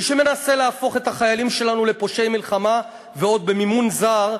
מי שמנסה להפוך את החיילים שלנו לפושעי מלחמה ועוד במימון זר,